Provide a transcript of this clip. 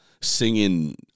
singing